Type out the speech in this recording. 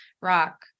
rock